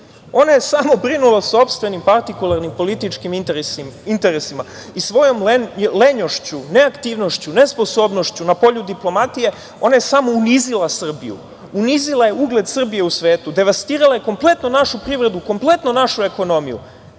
ona je samo brinula o sopstvenim partikularnim političkim interesima i svojom lenjošću, neaktivnošću, nesposobnošću na polju diplomatije, ona je samo unizila Srbiju, unizila je ugled Srbije u svetu, devastirala je kompletno našu privredu, kompletno našu ekonomiju. Ali,